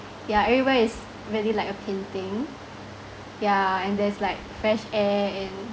yeah everywhere is really like a painting yeah and there's like fresh air and